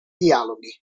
dialoghi